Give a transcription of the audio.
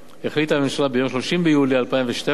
החליטה הממשלה ביום 30 ביולי 2012 להקדים